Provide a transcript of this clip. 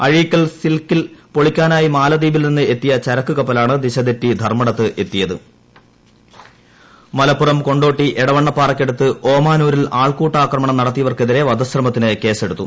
അഴീക്കൽ സിൽക്കിൽ പൊളിക്കാനായി മാലദ്വീപിൽ നിന്ന് എത്തിയ ചരക്ക് കപ്പലാണ് ദിശതെറ്റി ധർമ്മടത്ത് എത്തിയത് കേസെടുത്തു മലപ്പുറം മലപ്പുറം കൊണ്ടോട്ടി എട്ടവണ്ണപ്പാറക്കടുത്ത് ഓമാനൂരിൽ ആൾക്കൂട്ട ആക്രമണം നടത്തിയവർക്കിരേ വധശ്രമത്തിന് കേസെടുത്തു